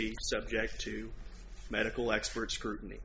be subject to medical experts scrutiny